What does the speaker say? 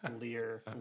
lear